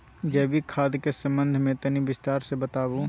जैविक खाद के संबंध मे तनि विस्तार स बताबू?